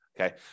Okay